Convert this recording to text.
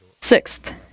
Sixth